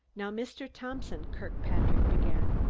now, mr. thompson, kirkpatrick began,